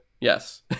Yes